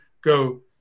go –